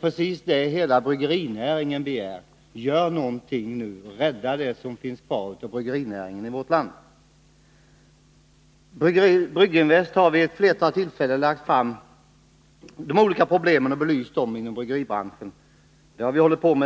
Brygginvest och hela bryggerinäringen begär. Gör någonting nu! Rädda det som finns kvar av bryggerinäringen i vårt land! Brygginvest har vid ett flertal tillfällen sedan 1980 belyst bryggeribranschens olika problem.